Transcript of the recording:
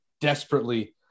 desperately